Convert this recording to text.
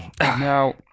Now